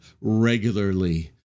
regularly